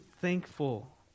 thankful